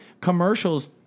Commercials